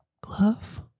glove